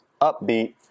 upbeat